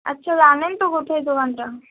আচ্ছা জানেন তো কোথায় দোকানটা